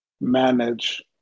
manage